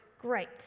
great